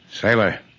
Sailor